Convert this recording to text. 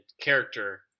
character